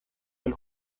del